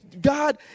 God